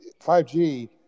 5G